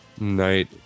night